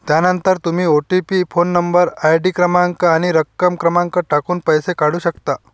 त्यानंतर तुम्ही OTP phone number, ID क्रमांक आणि रक्कम क्रमांक टाकून पैसे काढू शकता